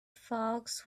folks